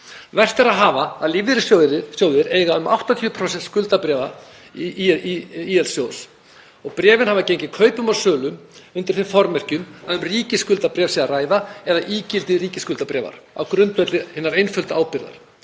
Vert er að hafa í huga að lífeyrissjóðir eiga um 80% skuldabréfa ÍL-sjóðs og bréfin hafa gengið kaupum og sölum undir þeim formerkjum að um ríkisskuldabréf sé að ræða eða ígildi ríkisskuldabréfa á grundvelli hinnar einföldu ábyrgðar.